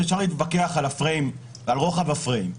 כשאפשר להתווכח על רוחב הפריים,